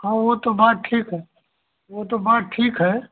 हाँ वह तो बात ठीक है वह तो बात ठीक है